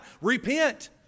repent